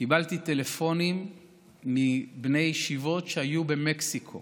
קיבלתי טלפונים מבני ישיבות שהיו במקסיקו